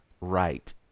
right